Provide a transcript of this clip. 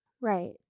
Right